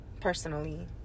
personally